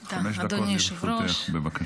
חמש דקות לרשותך, בבקשה.